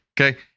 Okay